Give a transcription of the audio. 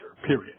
Period